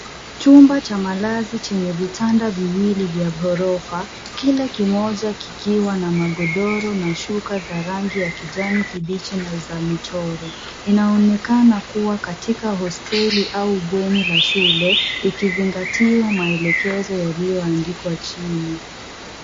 Chumba cha malazi chenye vitanda viwili vya ghorofa, kila kimoja kikiwa na magodoro na shuka za rangi ya kijani kibichi na za michoro. Inaonekana kuwa katika hosteli au bweni la shule, ikizingatiwa maelekezo yaliyoandikwa chini.